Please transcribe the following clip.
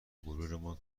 غرورمان